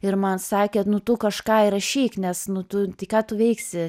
ir man sakė nu tu kažką įrašyk nes nu tu tai ką tu veiksi